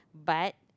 but